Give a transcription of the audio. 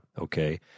okay